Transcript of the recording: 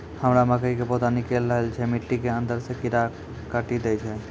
हमरा मकई के पौधा निकैल रहल छै मिट्टी के अंदरे से कीड़ा काटी दै छै?